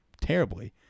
terribly